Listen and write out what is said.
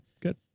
good